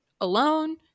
alone